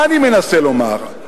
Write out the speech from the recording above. מה אני מנסה לומר?